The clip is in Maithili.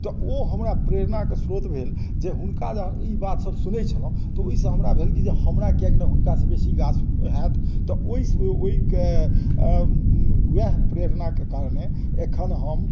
तऽ हमरा प्रेरणाके श्रोत भेल जे हुनका ई बात सभ सुनै छलहुँ तऽ ओहिसॅं हमरा भेल कि हमरा कियाक नहि हुनकासँ बेसी गाछ होयत तऽ ओहिके वएह प्रेरणाके कारणे एखन हम